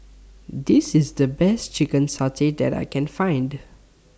This IS The Best Chicken Satay that I Can Find